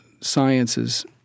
science's